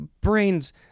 brains